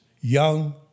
young